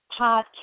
Podcast